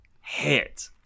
hit